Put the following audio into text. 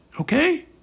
okay